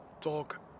talk